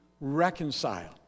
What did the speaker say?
reconcile